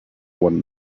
one